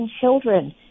children